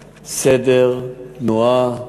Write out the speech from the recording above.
סדר, תנועה,